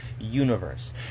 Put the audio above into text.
universe